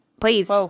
please